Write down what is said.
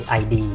id